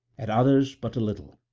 at others but a little,